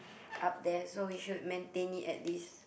up there so we should maintain it at least